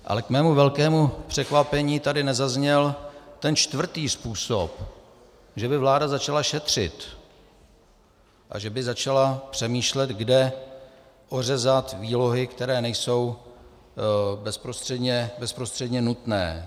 Ale k mému velkému překvapení tady nezazněl ten čtvrtý způsob, že by vláda začala šetřit a že by začala přemýšlet, kde ořezat výlohy, které nejsou bezprostředně nutné.